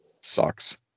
Sucks